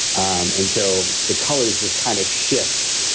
and so, the colors just kind of shift.